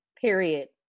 Period